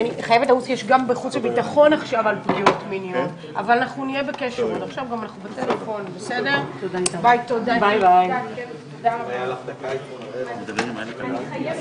הישיבה ננעלה בשעה 13:00.